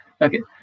Okay